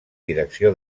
direcció